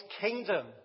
kingdom